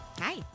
Hi